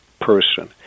person